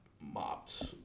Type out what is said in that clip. mopped